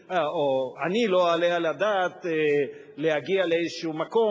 שאני לא אעלה על הדעת להגיע לאיזשהו מקום